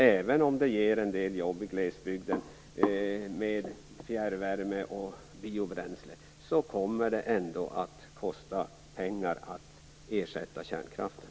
Även om fjärrvärme och biobränsle ger en del jobb i glesbygden kommer det att kosta pengar att ersätta kärnkraften.